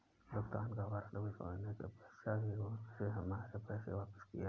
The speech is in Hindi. भुगतान का वारंट भिजवाने के पश्चात ही उसने हमारे पैसे वापिस किया हैं